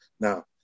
Now